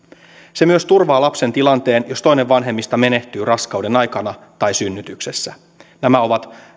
se myös turvaa lapsen tilanteen jos toinen vanhemmista menehtyy raskauden aikana tai synnytyksessä nämä ovat